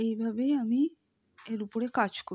এইভাবেই আমি এর উপরে কাজ